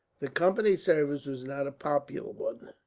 the company's service was not a popular one.